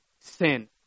sin